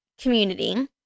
community